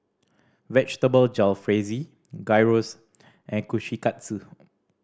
Vegetable Jalfrezi Gyros and Kushikatsu